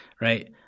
right